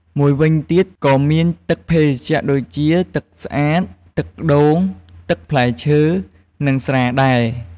មួយវិញទៀតក៏មានទឹកភេសជ្ជៈដូចជា ទឹកស្អាត ទឹកដូង ទឹកផ្លែឈើ និង ស្រាដែរ។